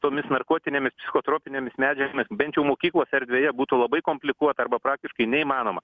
tomis narkotinėmis psichotropinėmis medžiagomis bent jau mokyklos erdvėje būtų labai komplikuota arba praktiškai neįmanoma